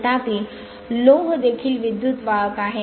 तथापि लोह देखील विद्युत वाहक आहे